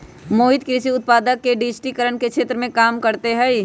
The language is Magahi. मोहित कृषि उत्पादक के डिजिटिकरण के क्षेत्र में काम करते हई